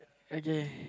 okay